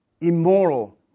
immoral